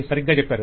సరిగ్గా చెప్పారు